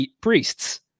priests